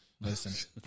Listen